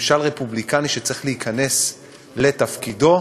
ממשל רפובליקני שצריך להיכנס לתפקידו,